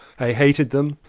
i hated them.